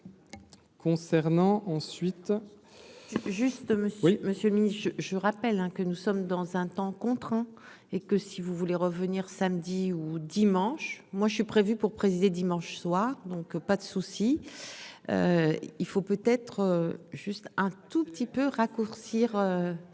concernant ensuite. Juste de monsieur, oui monsieur mise je, je rappelle que nous sommes dans un temps contraint et que, si vous voulez revenir samedi ou dimanche, moi je suis prévu pour présider dimanche soir donc, pas de souci, il faut peut être juste un tout petit peu raccourcir,